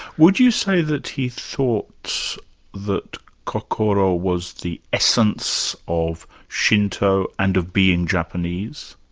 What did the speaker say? would you say that he thought that kokoro was the essence of shinto and of being japanese?